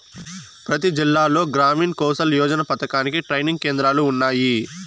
ప్రతి జిల్లాలో గ్రామీణ్ కౌసల్ యోజన పథకానికి ట్రైనింగ్ కేంద్రాలు ఉన్నాయి